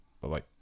Bye-bye